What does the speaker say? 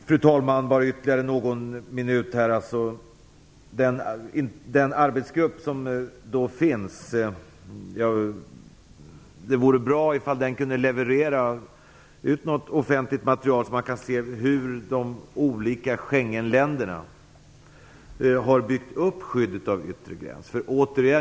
Fru talman! Bara ytterligare någon minut! Det vore bra om den arbetsgrupp som finns kunde leverera något offentligt material, så att man kan se hur de olika Schengenländerna har byggt upp skyddet av yttre gränser.